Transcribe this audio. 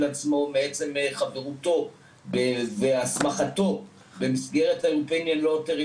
על עצמו מעצם חברותו והסמכתו במסגרת ה- European Lottery,